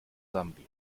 sambia